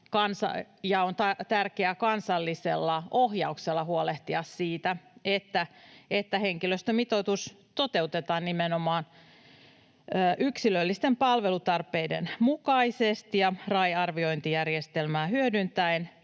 on tärkeää kansallisella ohjauksella huolehtia siitä, että henkilöstömitoitus toteutetaan nimenomaan yksilöllisten palvelutarpeiden mukaisesti ja RAI-arviointijärjestelmää hyödyntäen.